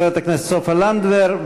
חברת הכנסת סופה לנדבר,